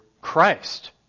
Christ